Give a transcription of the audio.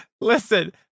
listen